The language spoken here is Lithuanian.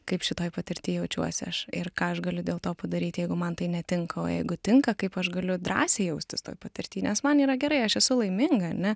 kaip šitoj patirty jaučiuosi aš ir ką aš galiu dėl to padaryt jeigu man tai netinka o jeigu tinka kaip aš galiu drąsiai jaustis toj patirty nes man yra gerai aš esu laiminga ane